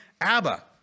Abba